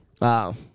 Wow